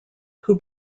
who